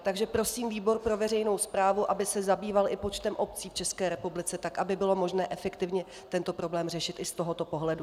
Takže prosím výbor pro veřejnou správu, aby se zabýval i počtem obcí v České republice, aby bylo možné efektivně tento problém řešit i z tohoto pohledu.